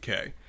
UK